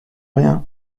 rien